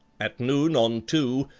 at noon on two,